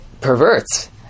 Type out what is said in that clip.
perverts